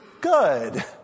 Good